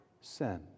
sin